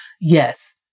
Yes